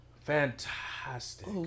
Fantastic